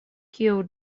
kiu